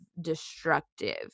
destructive